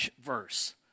verse